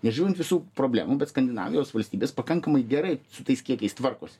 nežiūrint visų problemų bet skandinavijos valstybės pakankamai gerai su tais kiekiais tvarkosi